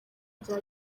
bya